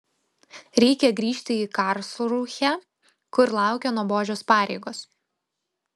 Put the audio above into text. reikia grįžti į karlsrūhę kur laukia nuobodžios pareigos